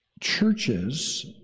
Churches